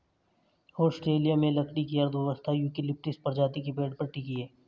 Australia में लकड़ी की अर्थव्यवस्था यूकेलिप्टस प्रजाति के पेड़ पर टिकी है